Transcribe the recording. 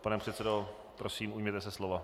Pane předsedo, prosím ujměte se slova.